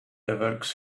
evokes